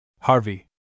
Harvey